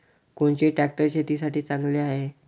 कोनचे ट्रॅक्टर शेतीसाठी चांगले हाये?